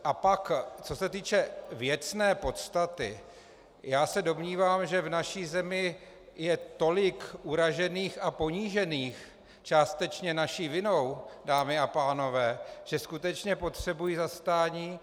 A pak co se týče věcné podstaty, já se domnívám, že v naší zemi je tolik uražených a ponížených, částečně naší vinou, dámy a pánové, že skutečně potřebují zastání.